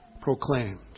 proclaimed